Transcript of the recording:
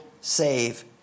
save